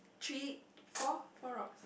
three four four rocks